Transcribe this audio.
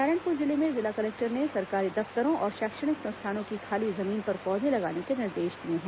नारायणपुर जिले में जिला कलेक्टर ने सरकारी दफ्तरों और शैक्षणिक संस्थानों की खाली जमीन पर पौधे लगाने के निर्देश दिए हैं